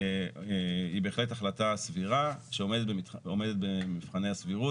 היא בהחלט החלטה סבירה שעומדת במבחני הסבירות